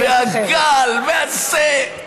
והגל, והזה.